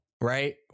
right